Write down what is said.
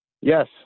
Yes